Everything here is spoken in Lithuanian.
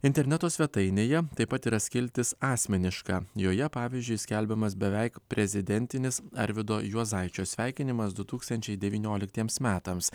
interneto svetainėje taip pat yra skiltis asmeniška joje pavyzdžiui skelbiamas beveik prezidentinis arvydo juozaičio sveikinimas du tūkstančiai devynioliktiems metams